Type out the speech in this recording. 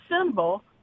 symbol